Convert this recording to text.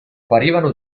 parevano